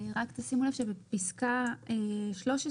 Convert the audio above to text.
רק תשימו לב שבפסקה 13,